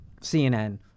CNN